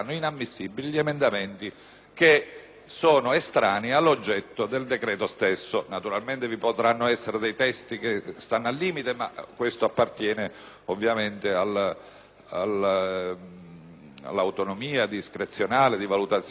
estranei agli oggetti dei decreti stessi. Naturalmente vi potranno essere testi al limite, ma questo appartiene ovviamente all'autonomia discrezionale e di valutazione dei Presidenti di Commissione e del Presidente del Senato.